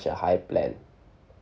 a high plan